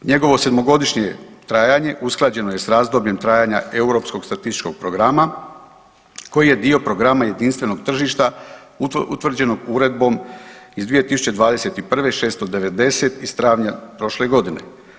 Njegovo 7-godišnje trajanje usklađeno je s razdobljem trajanja europskog statističkog programa koji je dio programa jedinstvenog tržišta utvrđenog Uredbom iz 2021/690 iz travnja prošle godine.